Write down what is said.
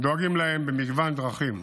דואגים להם במגוון דרכים,